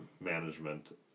management